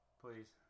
Please